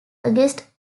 against